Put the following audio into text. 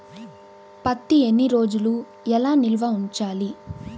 పత్తి ఎన్ని రోజులు ఎలా నిల్వ ఉంచాలి?